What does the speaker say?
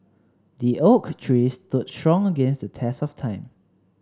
the oak tree stood strong against the test of time